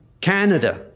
Canada